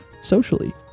socially